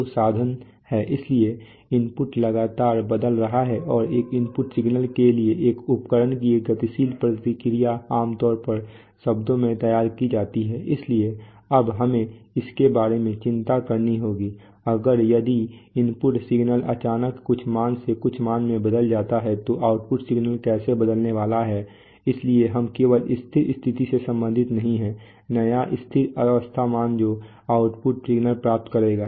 तो साधन है इसलिए इनपुट लगातार बदल रहा है और एक इनपुट सिग्नल के लिए एक उपकरण की गतिशील प्रतिक्रिया आमतौर पर शब्दों में तैयार की जाती है इसलिए अब हमें इसके बारे में चिंता करनी होगी अगर यदि इनपुट सिग्नल अचानक कुछ मान से कुछ मान में बदल जाता है तो आउटपुट सिग्नल कैसे बदलने वाला है इसलिए हम केवल स्थिर स्थिति से संबंधित नहीं हैं नया स्थिर अवस्था मान जो आउटपुट सिग्नल प्राप्त करेगा